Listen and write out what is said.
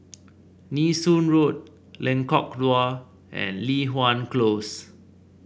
Nee Soon Road Lengkok Dua and Li Hwan Close